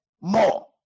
more